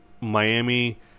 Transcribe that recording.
Miami